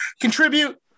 contribute